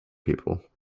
people